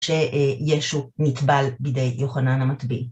שישו נטבל בידי יוחנן המטביל.